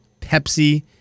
Pepsi